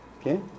Okay